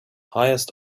highest